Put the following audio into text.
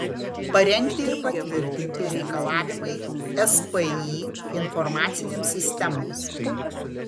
parengti ir patvirtinti reikalavimai spį informacinėms sistemoms